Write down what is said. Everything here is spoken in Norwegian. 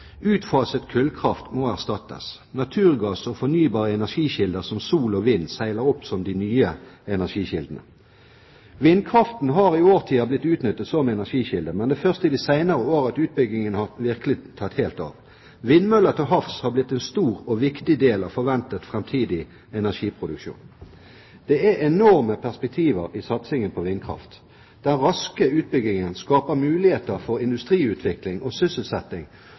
Utfaset kullkraft må erstattes. Naturgass og fornybare energikilder som sol og vind seiler opp som de nye energikildene. Vindkraften har i årtier blitt utnyttet som energikilde, men det er først i de senere årene utbyggingen virkelig har tatt helt av. Vindmøller til havs har blitt en stor og viktig del av forventet framtidig energiproduksjon. Det er enorme perspektiver i satsingen på vindkraft. Den raske utbyggingen skaper muligheter for industriutvikling og sysselsetting,